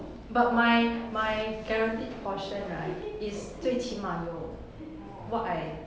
but my my guaranteed portion right is 最起码有 what I